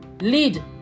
lead